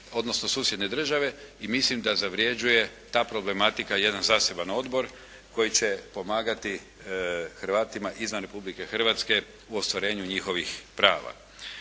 odnosno Hrvatske države. I mislim da zavrjeđuje ta problematika jedan zasebni odbor koji će pomagati Hrvatima izvan Republike Hrvatske u ostvarenju njihovih prava.